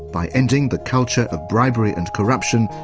by ending the culture of bribery and corruption,